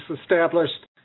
established